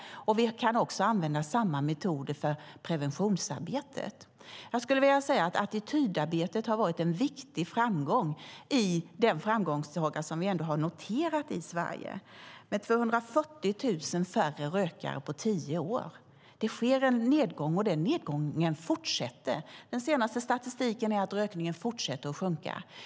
Vi kan också använda samma metoder för preventionsarbetet. Jag skulle vilja säga att attitydarbetet har varit en viktig framgång i den framgångssaga som vi ändå har noterat i Sverige, med 240 000 färre rökare på tio år. Det sker en nedgång, och den nedgången fortsätter. Den senaste statistiken visar att rökningen fortsätter att minska.